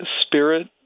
spirit